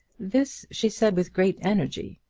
this she said with great energy,